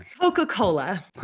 Coca-Cola